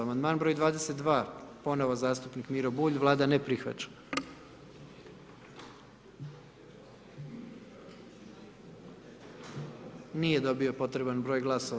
Amandman broj 22., ponovno zastupnik Miro Bulj, Vlada ne prihvaća, nije dobio potreban broj glasova.